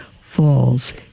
falls